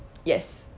yes